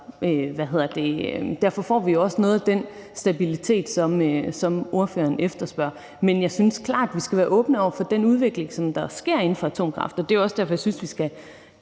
derfor får vi også noget af den stabilitet, som ordføreren efterspørger. Men jeg synes klart, at vi skal være åbne over for den udvikling, der sker inden for atomkraft, og det er også derfor, at jeg synes, at